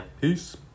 Peace